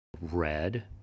red